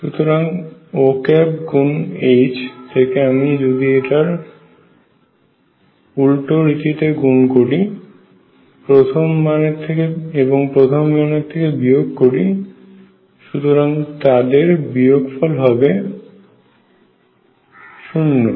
সুতরাং Ô গুণ H থেকে আমি যদি এদের উল্টো রীতিতে গুন করে প্রথম মানের থেকে বিয়োগ করি সুতরাং তাদের বিয়োগফল হবে শূন্য